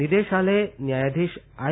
નિર્દેશાલયે ન્યાયાધીશ આઈ